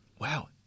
Wow